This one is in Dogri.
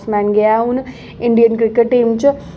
बैट्समैन गै ऐ उ'न्न इंडियन क्रिकेट टीम च